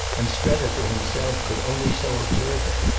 and strether, for himself, could only so observe it.